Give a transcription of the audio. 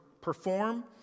perform